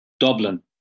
Dublin